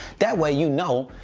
that way, you know,